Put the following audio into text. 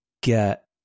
get